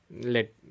let